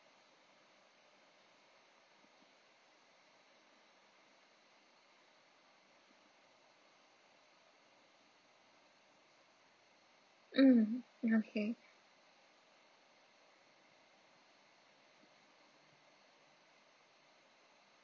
mm okay